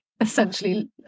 essentially